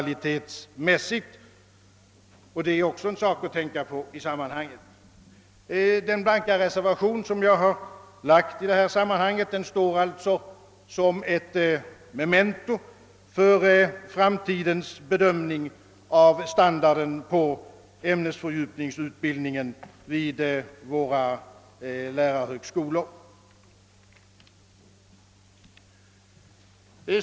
Detta är också en sak som man bör tänka på. Den blanka reservation, som jag avgivit i detta sammanhang, står alltså såsom ett memento för den framtida bedömningen av standarden på ämnesfördjupningsutbildningen vid våra lärarhögskolor.